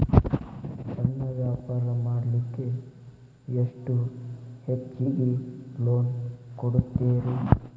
ಸಣ್ಣ ವ್ಯಾಪಾರ ಮಾಡ್ಲಿಕ್ಕೆ ಎಷ್ಟು ಹೆಚ್ಚಿಗಿ ಲೋನ್ ಕೊಡುತ್ತೇರಿ?